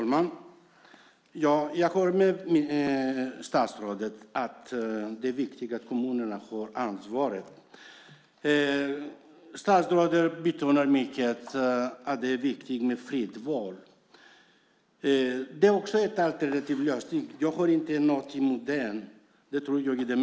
Herr talman! Jag håller med statsrådet om att det är viktigt att kommunerna har ansvaret. Statsrådet betonar starkt att det är viktigt med fritt val. Det är en alternativ lösning. Jag har inte något emot den.